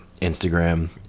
Instagram